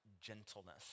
gentleness